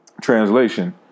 translation